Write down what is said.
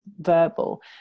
verbal